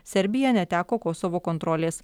serbija neteko kosovo kontrolės